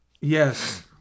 Yes